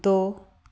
ਦੋ